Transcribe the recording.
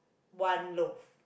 one loaf